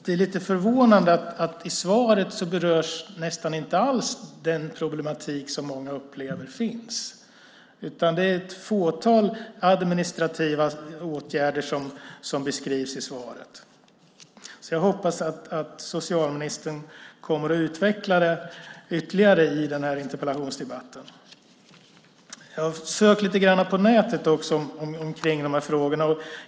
Det är lite förvånande att den problematik som många upplever nästan inte alls berörs i svaret. Det är ett fåtal administrativa åtgärder som beskrivs i svaret. Jag hoppas att socialministern kommer att utveckla detta ytterligare i den här interpellationsdebatten. Jag har sökt lite grann på nätet i de här frågorna.